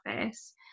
office